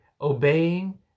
obeying